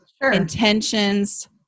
intentions